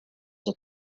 that